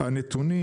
"הנתונים